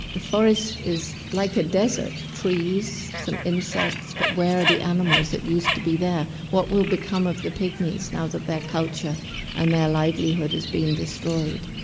the forest is like a desert trees, some insects, but where are the animals that used to be there? what will become become of the pygmies now that their culture and their livelihood is being destroyed?